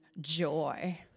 joy